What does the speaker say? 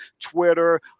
Twitter